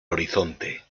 horizonte